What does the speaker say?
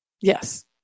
Yes